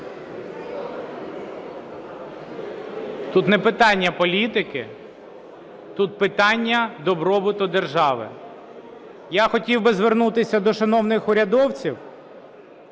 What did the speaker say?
тут не питання політики, тут питання добробуту держави. Я хотів би звернутися до шановних урядовців.